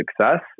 success